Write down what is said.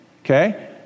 okay